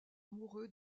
amoureux